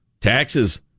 taxes